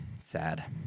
Sad